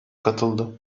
katıldı